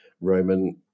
Roman